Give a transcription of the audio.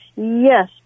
Yes